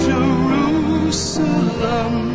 Jerusalem